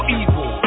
evil